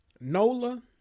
NOLA